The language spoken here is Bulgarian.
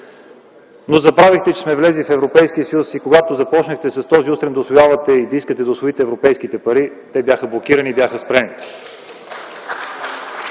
Но забравихте, че сме влезли в Европейския съюз и когато започнахте с този устрем да усвоявате и да искате да усвоите европейските пари, те бяха блокирани – бяха спрени.